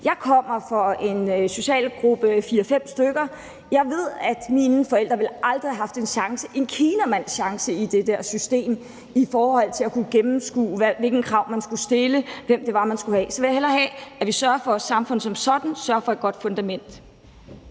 jeg kommer fra en social gruppe 4-5 stykker. Jeg ved, at mine forældre aldrig ville have haft en kinamands chance i det der system i forhold til at kunne gennemskue, hvilke krav man skulle stille, og hvem det var, man skulle have. Så vil jeg hellere have, at vi sørger for, at samfundet som sådan sørger for et godt fundament.